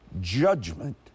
judgment